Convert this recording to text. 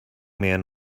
man